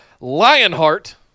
Lionheart